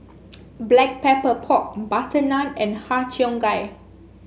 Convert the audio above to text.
Black Pepper Pork butter naan and Har Cheong Gai